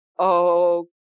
Okay